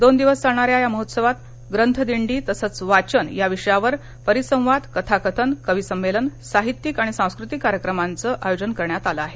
दोन दिवस चालणाऱ्या या महोत्सवात ग्रंथदिंडी तसंच वाचन या विषयावर परिसंवाद कथाकथन कवी संमेलन साहित्यिक आणि सांस्कृतिक कार्यक्रमांचं आयोजन करण्यात येणार आहे